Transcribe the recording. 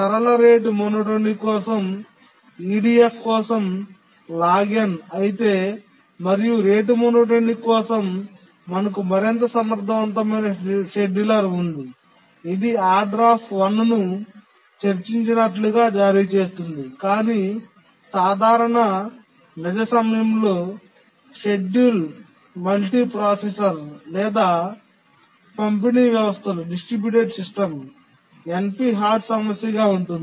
సరళ rate monotonic కోసం EDF కోసం అయితే మరియు రేటు మోనోటోనిక్ కోసం మనకు మరింత సమర్థవంతమైన షెడ్యూలర్ ఉంది ఇది ను చర్చించినట్లుగా జారీచేస్తుంది కాని సాధారణ నిజ సమయంలో షెడ్యూల్ మల్టీప్రాసెసర్ లేదా పంపిణీ వ్యవస్థలు NP హార్డ్ సమస్య గా ఉంటుంది